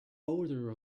odor